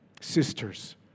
sisters